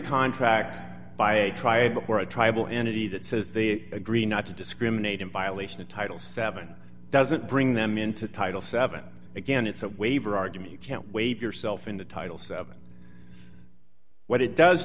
contract by a triable for a tribal entity that says they agree not to discriminate in violation of title seven doesn't bring them into title seven again it's a waiver argument you can't waive yourself in the titles of what it does